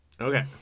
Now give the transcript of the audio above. Okay